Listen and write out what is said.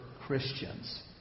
Christians